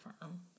firm